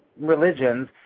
religions